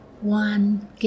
one